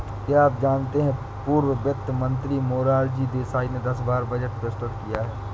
क्या आप जानते है पूर्व वित्त मंत्री मोरारजी देसाई ने दस बार बजट प्रस्तुत किया है?